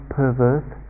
perverse